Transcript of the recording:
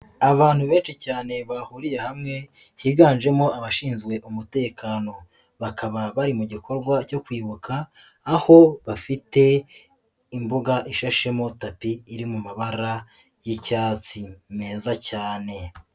Abantu benshi cyane bahuriye hamwe, higanjemo abashinzwe umutekano. Bakaba bari mu gikorwa cyo kwibuka, aho bafite imbuga ishashemo tapi iri mu mabara, y'icyatsi, meza cyane.